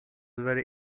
very